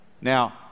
Now